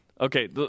okay